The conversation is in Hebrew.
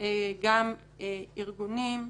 גם ארגונים,